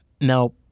Now